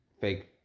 fake